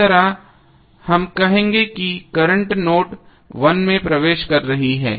इस तरह हम कहेंगे कि करंट नोड 1 में प्रवेश कर रही है